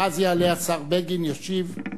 ואז יעלה השר בגין וישיב.